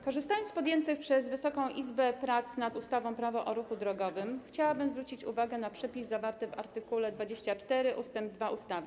Korzystając z podjętych przez Wysoką Izbę prac nad ustawą Prawo o ruchu drogowym, chciałabym zwrócić uwagę na przepis zawarty w art. 24 ust. 2 ustawy.